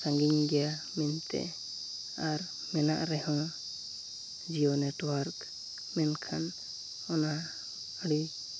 ᱥᱟᱺᱜᱤᱧ ᱜᱮᱭᱟ ᱢᱮᱱᱛᱮ ᱟᱨ ᱢᱮᱱᱟᱜ ᱨᱮᱦᱚᱸ ᱡᱤᱭᱳ ᱱᱮᱴᱚᱣᱟᱨᱠ ᱢᱮᱱᱠᱷᱟᱱ ᱚᱱᱟ ᱟᱹᱰᱤ